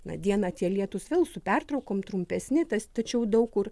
na dieną tie lietūs vėl su pertraukom trumpesni tas tačiau daug kur